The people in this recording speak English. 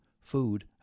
food